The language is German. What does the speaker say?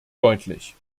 deutlich